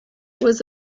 was